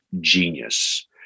genius